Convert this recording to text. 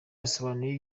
yasobanuye